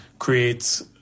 creates